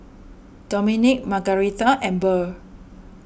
Domenic Margaretha and Burr